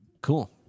Cool